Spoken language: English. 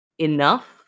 enough